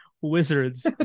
wizards